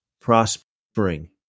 prospering